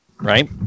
right